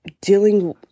dealing